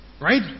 right